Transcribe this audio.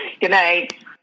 Goodnight